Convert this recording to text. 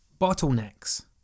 bottlenecks